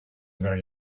very